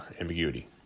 ambiguity